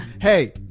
Hey